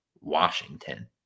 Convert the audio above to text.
Washington